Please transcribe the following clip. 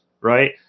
right